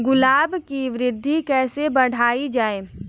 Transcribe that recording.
गुलाब की वृद्धि कैसे बढ़ाई जाए?